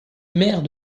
maire